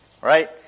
right